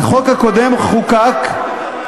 החוק הקודם חוקק, נכון.